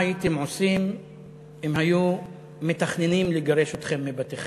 מה הייתם עושים אם היו מתכננים לגרש אתכם מבתיכם,